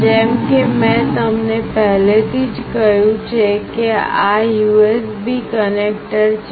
જેમ કે મેં તમને પહેલેથી જ કહ્યું છે કે આ USB કનેક્ટર છે